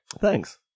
Thanks